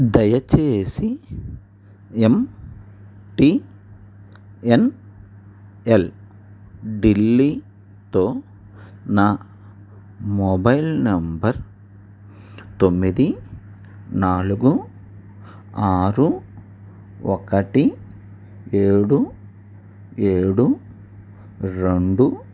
దయచేసి ఎంటీఎన్ఎల్ ఢిల్లీతో నా మొబైల్ నెంబర్ తొమ్మిది నాలుగు ఆరు ఒకటి ఏడు ఏడు రెండు